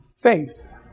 faith